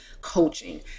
coaching